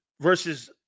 versus